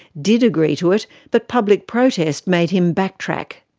did agree to it but public protest made him backtrack.